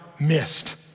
missed